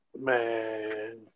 Man